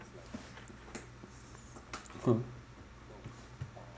mm